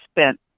spent